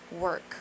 work